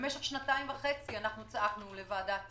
במשך שנתיים וחצי צעקנו להקמת ועדת